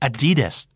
Adidas